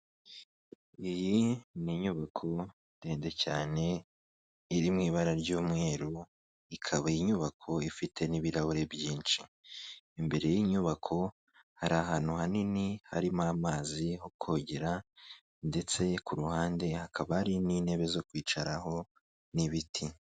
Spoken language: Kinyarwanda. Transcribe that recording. Iyi n'inyubako ndende cyane, iri mu ibara ry'umweru, ikaba iyi nyubako ifite n'ibirahure byinshi. Imbere y'inyubako hari ahantu hanini harimo amazi ho kogera, ndetse ku ruhande hakaba hari n'intebe zo kwicaraho n'ibiti.